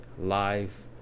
life